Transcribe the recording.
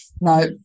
No